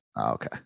Okay